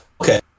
okay